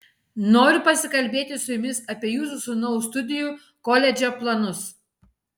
noriu pasikalbėti su jumis apie jūsų sūnaus studijų koledže planus